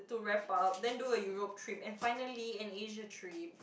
to wrap up then do a Europe trip and finally an Asia trip